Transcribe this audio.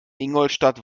ingolstadt